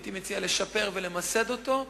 הייתי מציע לשפר ולמסד אותו,